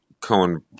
Cohen